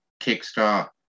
kickstart